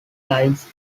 lines